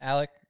Alec